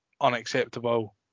unacceptable